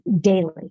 daily